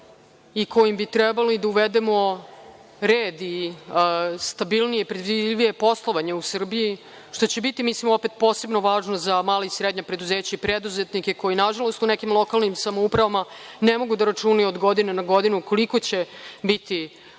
i kojim bi trebali da uvedemo red i stabilnije poslovanje u Srbiji što će biti posebno važno za mala i srednja preduzeća, preduzetnike koji nažalost u nekim lokalnim samoupravama ne mogu da računaju od godine do godine koliko će biti